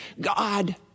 God